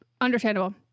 understandable